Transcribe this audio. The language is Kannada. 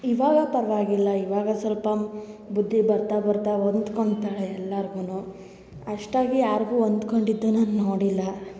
ಇವಾಗ ಪರವಾಗಿಲ್ಲ ಇವಾಗ ಸೊಲ್ಪ ಬುದ್ಧಿ ಬರ್ತಾ ಬರ್ತಾ ಹೊಂದ್ಕೊಂತಾಳೆ ಎಲ್ಲಾರಿಗು ಅಷ್ಟಾಗಿ ಯಾರಿಗು ಹೊಂದ್ಕೊಂಡಿದನ್ನ ನಾನು ನೋಡಿಲ್ಲ